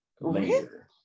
later